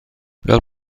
fel